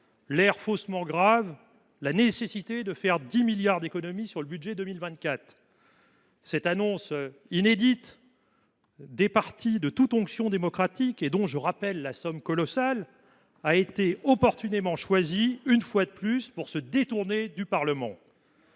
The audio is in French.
l’air faussement grave, la nécessité de réaliser 10 milliards d’euros d’économies sur le budget pour 2024. Cette annonce inédite, départie de toute onction démocratique, et dont je viens de rappeler le montant colossal, a opportunément permis, une fois de plus, de se détourner du Parlement.